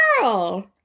Girl